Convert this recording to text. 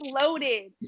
loaded